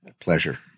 pleasure